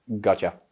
gotcha